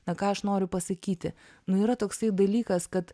na ką aš noriu pasakyti nu yra toks dalykas kad